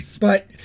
but-